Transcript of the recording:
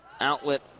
Outlet